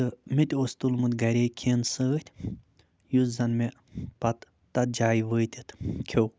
تہٕ مےٚ تہِ اوس تُلمُت گَری کھٮ۪ن سۭتۍ یُس زَنہٕ مےٚ پتہٕ تَتھ جایہِ وٲتِتھ کھیوٚو